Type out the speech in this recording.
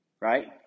right